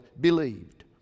believed